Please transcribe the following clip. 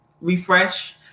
refresh